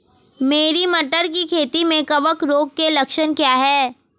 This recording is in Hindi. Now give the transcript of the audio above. मेरी मटर की खेती में कवक रोग के लक्षण क्या हैं?